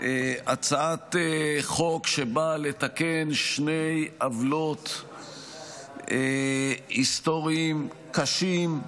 הצעת חוק שבאה לתקן שני עוולות היסטוריים קשים,